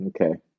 Okay